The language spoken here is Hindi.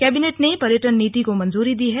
कैबिनेट ने पर्यटन नीति को मंजूरी दी है